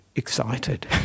excited